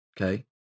okay